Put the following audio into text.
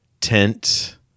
tent